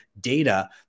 data